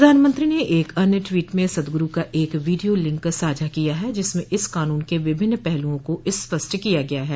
प्रधानमंत्री ने एक अन्य ट्वीट में सदगुरू का एक वीडियो लिंक साझा किया है जिसमें इस कानून के विभिन्न पहलुओं को स्पष्ट किया गया है